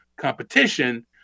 competition